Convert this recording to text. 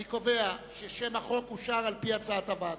אני קובע כי שם החוק, כהצעת הוועדה,